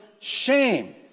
shame